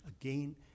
Again